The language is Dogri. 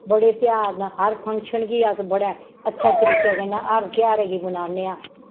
बड़े तेहार न हर फंक्शन गी अस बड़े अच्छे तरीके कन्नै हर तेहार की मनान्ने आं